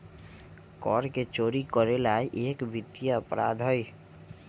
कर के चोरी करे ला एक वित्तीय अपराध हई